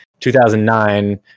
2009